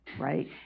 Right